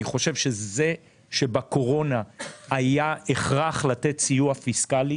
אני חושב שבקורונה היה הכרח לתת סיוע פיסקלי,